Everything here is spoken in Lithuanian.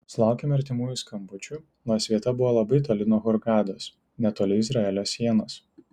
sulaukėme artimųjų skambučių nors vieta buvo labai toli nuo hurgados netoli izraelio sienos